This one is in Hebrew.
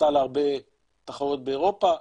זכתה בהרבה תחרויות באירופה.